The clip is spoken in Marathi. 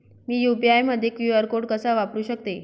मी यू.पी.आय मध्ये क्यू.आर कोड कसा वापरु शकते?